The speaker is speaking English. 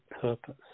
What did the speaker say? purpose